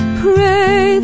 pray